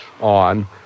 on